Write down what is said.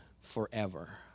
forever